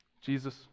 Jesus